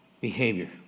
behavior